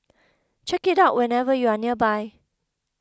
check it out whenever you are nearby